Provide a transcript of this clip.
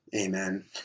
Amen